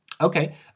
Okay